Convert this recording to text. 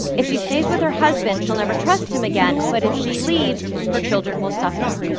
if she stays with her husband, she'll never trust him again, but if she leaves, her children will suffer.